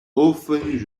often